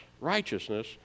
righteousness